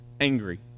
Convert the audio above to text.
angry